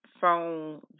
phone